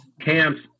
camps